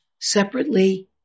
Separately